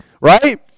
right